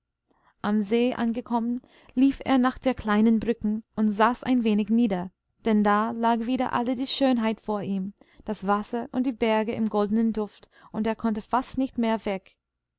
am see angekommen lief er nach der kleinen brücke und saß ein wenig nieder denn da lag wieder alle die schönheit vor ihm das wasser und die berge im goldenen duft und er konnte fast nicht mehr weg